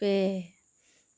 ᱯᱮ